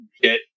get